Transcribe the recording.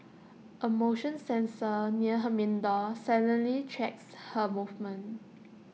A motion sensor near her main door silently tracks her movements